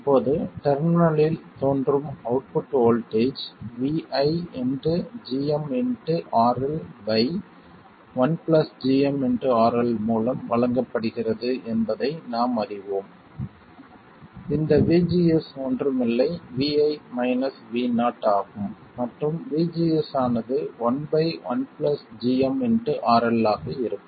இப்போது டெர்மினலில் தோன்றும் output voltage Vi gmRL 1 gm RL மூலம் வழங்கப்படுகிறது என்பதை நாம் அறிவோம் இந்த VGS ஒன்றும்மில்லை Vi Vo ஆகும் மற்றும் VGS ஆனது 1 1 gm RL ஆக இருக்கும்